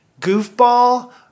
goofball